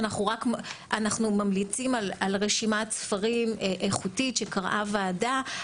אנחנו ממליצים על רשימת ספרים איכותית שקראה הוועדה,